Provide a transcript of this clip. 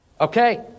Okay